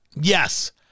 Yes